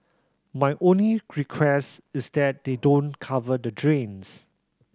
my only request is that they don't cover the drains